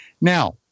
Now